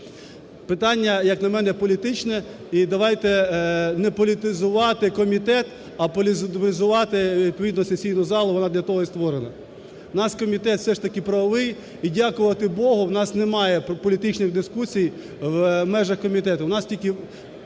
Питання, як на мене, політичне і давайте не політизувати комітет, а політизувати, відповідно, сесійну залу, вона для того і створена. Наш комітет все ж таки правовий і, дякувати Богу, у нас немає політичних дискусій в межах комітету,